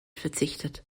verzichtet